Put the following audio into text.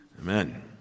Amen